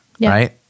right